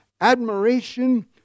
admiration